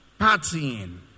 partying